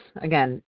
again